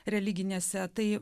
religinėse tai